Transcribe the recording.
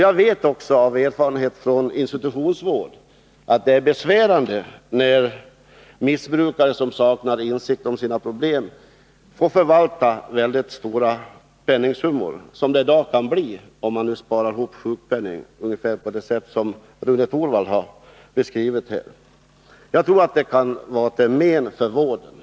Jag vet också, av erfarenhet från institutionsvård, att det är besvärande när missbrukare som saknar insikt om sina problem får förvalta mycket stora penningsummor, som det i dag blir, om de sparar ihop sjukpenning på ungefär det sätt som Rune Torwald här har beskrivit. Det kan vara till men för vården.